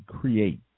create